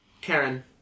Karen